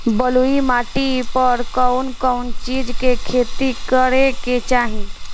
बलुई माटी पर कउन कउन चिज के खेती करे के चाही?